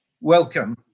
welcome